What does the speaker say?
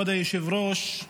כבוד היושב-ראש,